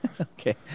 Okay